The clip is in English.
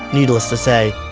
needless to say,